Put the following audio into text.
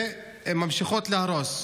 וממשיכות להרוס.